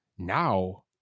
Now